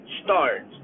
start